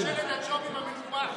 אחרי שהפגנת נגד ממשלת הג'ובים המנופחת.